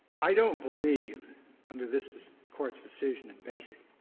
i don't believe under this this court's decision in basic